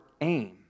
aim